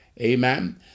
Amen